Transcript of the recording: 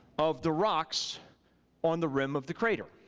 of the rocks on the rim of the crater.